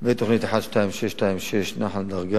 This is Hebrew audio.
ותוכנית 12626, נחל דרגה,